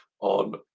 on